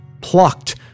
plucked